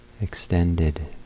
extended